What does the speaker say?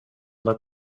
let